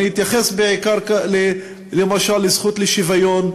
אתייחס בעיקר, למשל, לזכות לשוויון,